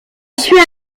suit